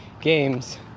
games